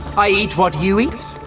i eat what you eat.